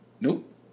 Nope